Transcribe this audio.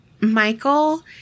Michael